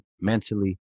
mentally